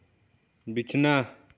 ᱵᱤᱪᱷᱱᱟᱹ